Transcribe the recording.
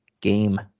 game